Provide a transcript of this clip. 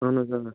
اہن حظ آ